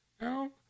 No